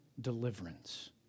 deliverance